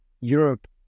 Europe